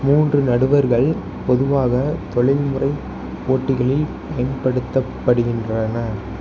மூன்று நடுவர்கள் பொதுவாக தொழில்முறை போட்டிகளில் பயன்படுத்தப்படுகின்றனர்